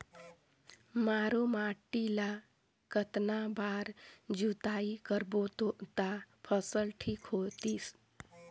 मारू माटी ला कतना बार जुताई करबो ता फसल ठीक होती?